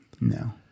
No